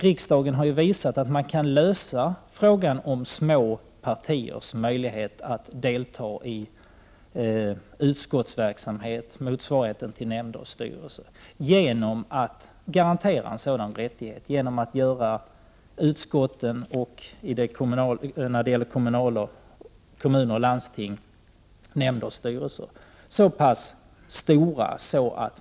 Riksdagen har ju visat att man kan lösa frågan om små partiers möjlighet att delta i utskottsverksamheten — motsvarigheten till nämnder och styrelser — genom att göra utskotten så pass stora att dessa partier får en garanterad närvaro. Detsamma kunde ske också i nämnder och styrelser.